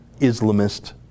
Islamist